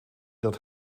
dat